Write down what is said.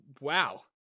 wow